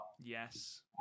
Yes